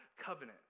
covenant